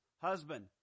husband